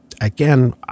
again